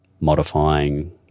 modifying